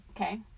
Okay